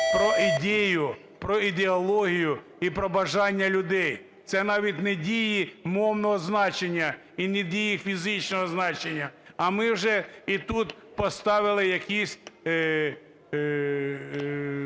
про ідею, про ідеологію і про бажання людей. Це навіть не дії мовного значення і не дії фізичного значення. А ми вже і тут поставили якісь